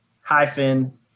hyphen